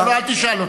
אני שואל אותו,